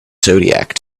zodiac